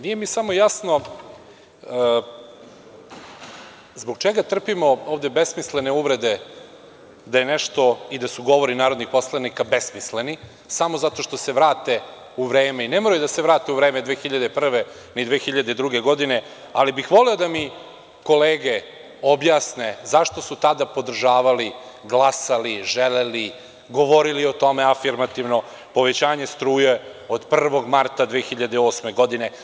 Nije mi samo jasno zbog čega trpimo ovde besmislene uvrede da je nešto i da su govori narodnih poslanika besmisleni, samo zato što se vrate u vreme ne moraju da se vrate u vreme 2001. godine ni 2002. godine, ali bih voleo da mi kolege objasne zašto su tada podržavali, glasali i želeli, govorili o tome afirmativno, povećanje struje od 1. marta 2008. godine.